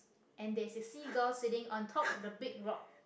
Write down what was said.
and there is a seagull sitting on top of the big rock